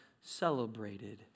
celebrated